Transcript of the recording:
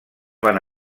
van